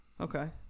Okay